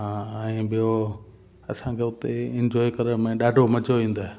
ऐं ॿियों असांखे उते इंजॉय करण में ॾाढो मज़ो ईंदो आहे